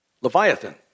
Leviathan